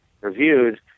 reviewed